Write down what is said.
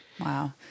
Wow